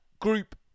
Group